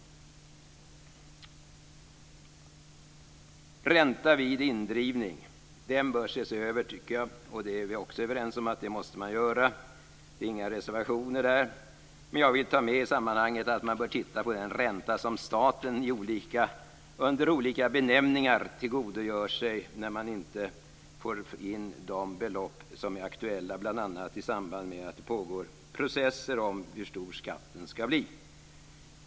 Frågan om ränta vid indrivning bör ses över. Det är vi också överens om. På den punkten finns inga reservationer. Men i sammanhanget vill jag nämna att man bör titta på den ränta som staten under olika benämningar tillgodogör sig när den inte får in aktuella belopp, bl.a. i samband med processer om hur stor skatten ska bli.